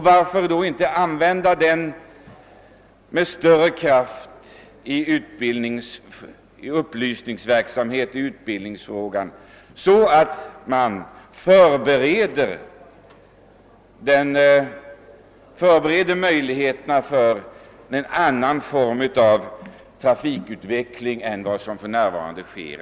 Varför då inte driva den med större kraft i upplysningsverksamheten och i utbildningen så att möjligheterna förbereds för en annan trafikutveckling än den som för närvarande sker?